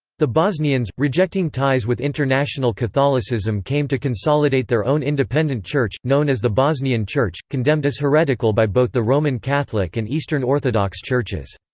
the bosnians, rejecting ties with international catholicism came to consolidate their own independent church, known as the bosnian church, condemned as heretical heretical by both the roman catholic and eastern orthodox churches.